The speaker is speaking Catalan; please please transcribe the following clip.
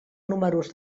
números